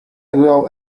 grow